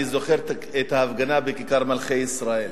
אני זוכר את ההפגנה בכיכר מלכי-ישראל,